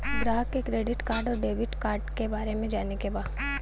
ग्राहक के credit card और डेविड कार्ड के बारे में जाने के बा?